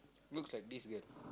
looks like this girl